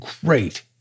great